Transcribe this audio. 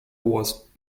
was